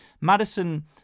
Madison